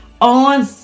on